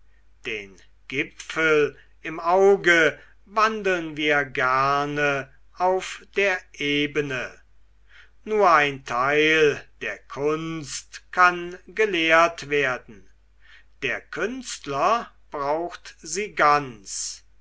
den gipfel im auge wandeln wir gerne auf der ebene nur ein teil der kunst kann gelehrt werden der künstler braucht sie ganz